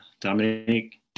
Dominique